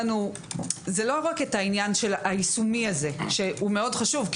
זה לא רק העניין היישומי הזה שהוא מאוד חשוב כי